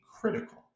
critical